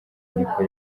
niko